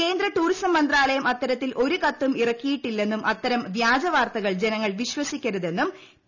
കേന്ദ്ര് tourism മന്ത്രാലയം അത്തരത്തിൽ ഒരു കത്തും ഇറക്കിയിട്ടില്ലെയ്യും അത്തരം വ്യാജ വാർത്തകൾ ജനങ്ങൾ വിശ്വസിക്കരുതെന്നും പി